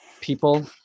people